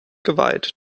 geweiht